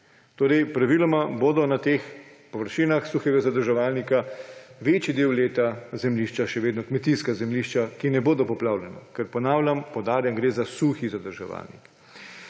rabi. Praviloma bodo torej na teh površinah suhega zadrževalnika večji del leta zemljišča še vedno kmetijska zemljišča, ki ne bodo poplavljena, ker, ponavljam, poudarjam, gre za suhi zadrževalnik.